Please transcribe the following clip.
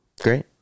Great